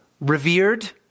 revered